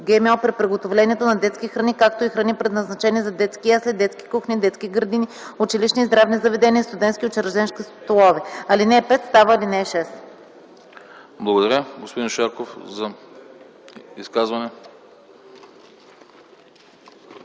ГМО при приготовлението на детски храни, както и храни, предназначени за детски ясли, детски кухни, детски градини, училищни и здравни заведения, студентски и учрежденски столове.” Алинея 5 става ал. 6. Комисията подкрепя по принцип